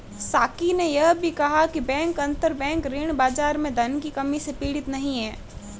साकी ने यह भी कहा कि बैंक अंतरबैंक ऋण बाजार में धन की कमी से पीड़ित नहीं हैं